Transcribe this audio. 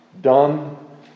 done